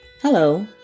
Hello